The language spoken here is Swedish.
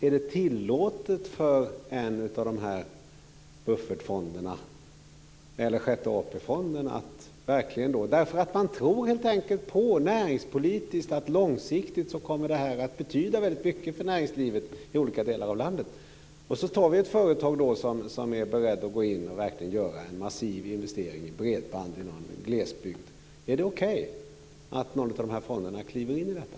Är det tillåtet för en av buffertfonderna eller Sjätte AP fonden att verkligen, därför att man näringspolitiskt helt enkelt tror på att det här långsiktigt kommer att betyda väldigt mycket för näringslivet i olika delar av landet, satsa på ett företag som är berett att verkligen göra en massiv investering i bredband i någon glesbygd? Är det okej att någon av de här fonderna kliver in i detta?